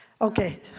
Okay